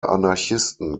anarchisten